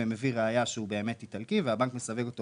ומביא ראיה שהוא באמת איטלקי והבנק מסווג אותו